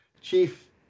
chief